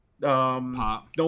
Pop